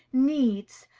needs,